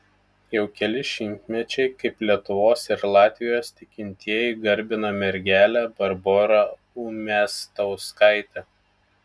jau keli šimtmečiai kaip lietuvos ir latvijos tikintieji garbina mergelę barborą umiastauskaitę